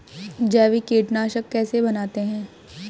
जैविक कीटनाशक कैसे बनाते हैं?